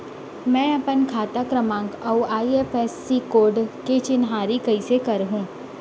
मैं अपन खाता क्रमाँक अऊ आई.एफ.एस.सी कोड के चिन्हारी कइसे करहूँ?